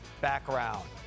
background